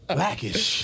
Blackish